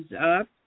up